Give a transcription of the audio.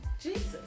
Jesus